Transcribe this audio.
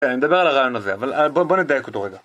אין, נדבר על הרעיון הזה, אבל בוא נדייק אותו רגע.